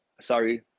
Sorry